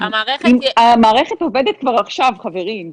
המערכת עובדת כבר עכשיו חברים,